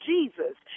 Jesus